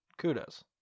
Kudos